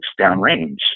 downrange